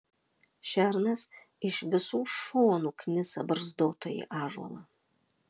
šernas iš visų šonų knisa barzdotąjį ąžuolą